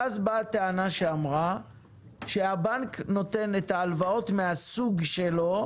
ואז באה טענה שאמרה שהבנק נותן את ההלוואות מהסוג שלו,